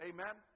Amen